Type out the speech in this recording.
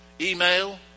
Email